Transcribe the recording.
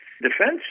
Defense